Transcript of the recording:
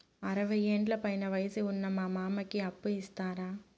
అరవయ్యేండ్ల పైన వయసు ఉన్న మా మామకి అప్పు ఇస్తారా